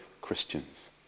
Christians